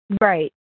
Right